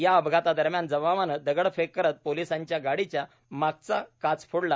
या अपघाता दरम्यान जमावाने दगड फेक करत पोलिसांच्या गाडीच्या मागचा काच फोडला